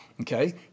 Okay